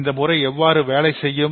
இந்த முறை எவ்வாறு வேலை செய்யும்